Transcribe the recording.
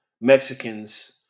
Mexicans